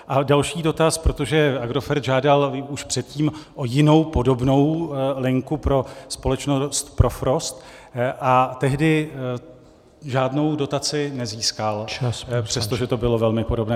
A další dotaz, protože Agrofert žádal už předtím o jinou, podobnou linku pro společnost Profrost, a tehdy žádnou dotaci nezískal , přestože to bylo velmi podobné.